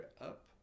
up